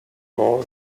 all